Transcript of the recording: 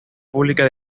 pública